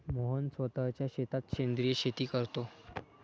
मोहन स्वतःच्या शेतात सेंद्रिय शेती करतो